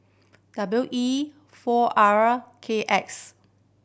W E four R K X